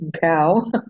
cow